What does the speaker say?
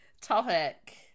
topic